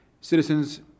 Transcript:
Citizens